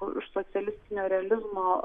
už socialistinio realizmo